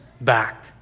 back